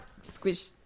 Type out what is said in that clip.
Squish